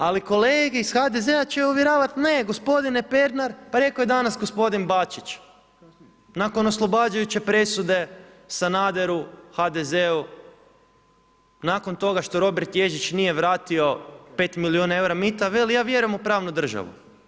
Ali, kolege iz HDZ-a će uvjeravati, ne, gospodine Pernar, pa rekao je danas gospodin Bačić, nakon oslobađajuće presude Sanaderu, HDZ-u nakon toga što Robert Ježić nije vratio 5 milijuna eura mita veli, ja vjerujem u pravnu državu.